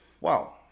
Wow